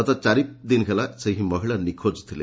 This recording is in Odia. ଗତ ଚାରି ଦିନ ହେଲା ସେହି ମହିଳା ନିଖୋଜ ଥିଲେ